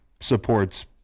supports